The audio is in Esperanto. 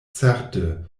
certe